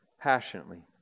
passionately